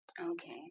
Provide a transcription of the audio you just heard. Okay